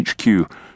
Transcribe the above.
HQ